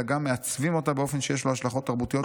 אלא גם מעצבים אותה באופן שיש לו השלכות תרבותיות וחברתיות על העתיד".